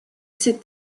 ses